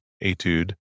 etude